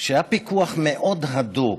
היה פיקוח מאוד הדוק.